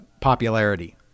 popularity